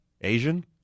Asian